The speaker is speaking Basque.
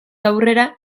aurrera